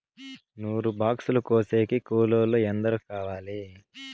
నూరు బాక్సులు కోసేకి కూలోల్లు ఎందరు కావాలి?